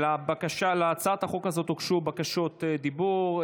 להצעת החוק הזו הוגשו בקשות דיבור.